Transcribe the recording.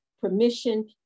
permission